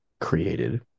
created